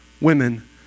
women